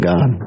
God